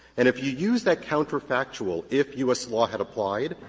and if you use that counterfactual, if u s. law had applied,